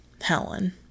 Helen